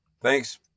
Thanks